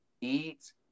eat